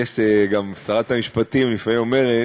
גם שרת המשפטים לפעמים אומרת